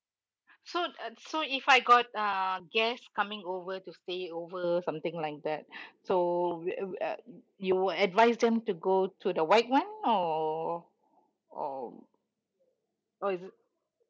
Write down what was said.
so uh so if I got um guest coming over to stay over something like that so will will you advise them to go to the white [one] or or or is it